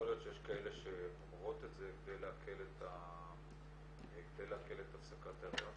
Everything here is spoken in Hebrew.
יכול להיות שיש כאלה שאומרות את זה כדי להקל את הפסקת היריון.